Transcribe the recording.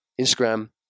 Instagram